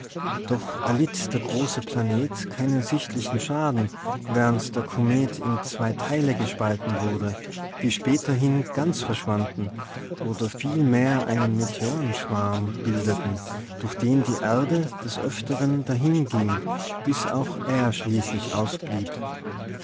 doch erlitt der große planet keinen sichtlichen schaden während der komet in zwei teile gespalten wurde die späterhin ganz verschwanden oder vielmehr einen meteorschwarm bildeten durch den die erde des öfteren dahinging bis auch er schließlich ausblieb